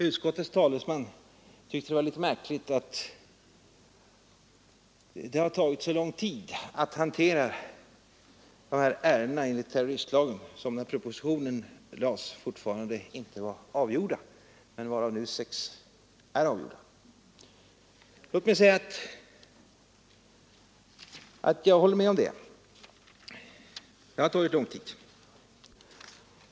Utskottets talesman fann det litet anmärkningsvärt att det tagit så lång tid att hantera de ärenden enligt terroristlagen som när propositionen framlades fortfarande inte var avgjorda men varav sex nu är avgjorda. Jag kan hålla med om att det har tagit lång tid.